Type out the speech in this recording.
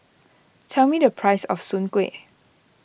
tell me the price of Soon Kuih